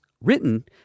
written